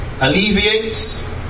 Alleviates